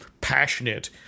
passionate